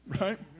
right